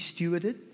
stewarded